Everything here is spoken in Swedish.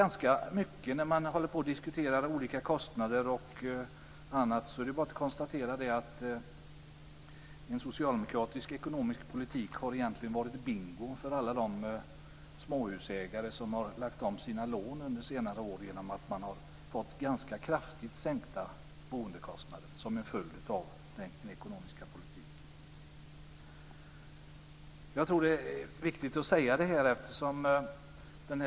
När man diskuterar olika kostnader, t.ex., är det bara att konstatera att en socialdemokratisk ekonomisk politik egentligen har varit bingo för alla de småhusägare som har lagt om sina lån under senare år, genom att man har fått ganska kraftigt sänkta boendekostnader som en följd av den ekonomiska politiken. Jag tror att det är viktigt att säga detta.